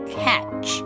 catch